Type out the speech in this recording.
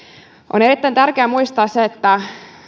on erittäin tärkeää muistaa se että